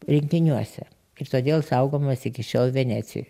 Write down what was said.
rinkiniuose ir todėl saugomas iki šiol venecijoj